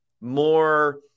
more